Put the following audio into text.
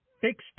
fixed